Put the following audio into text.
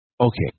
okay